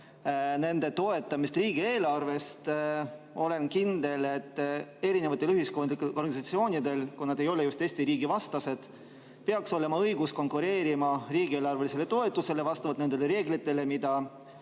nende toetamist riigieelarvest. Olen kindel, et erinevatel ühiskondlikel organisatsioonidel, kui nad ei ole just Eesti riigi vastased, peaks olema õigus konkureerida riigieelarvelisele toetusele vastavalt nendele reeglitele, mis